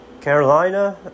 Carolina